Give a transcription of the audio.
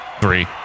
three